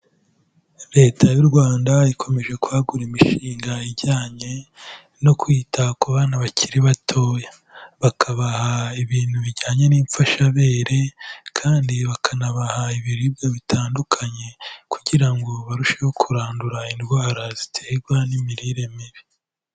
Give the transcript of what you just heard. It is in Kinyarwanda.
Leta y'u Rwanda ikomeje kwagura imishinga ijyanye no kwita ku bana bakiri batoya, bakabaha ibintu bijyanye n'imfashabere kandi bakanabaha ibiribwa bitandukanye kugira ngo barusheho kurandura indwara ziterwa n'imirire mibi.